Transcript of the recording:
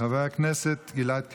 חבר הכנסת גלעד קריב.